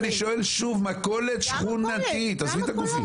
מודל כלכלי איך הוא עושה שם מכונה שאנשים יוכלו להשיב.